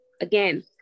Again